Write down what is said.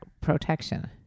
protection